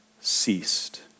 ceased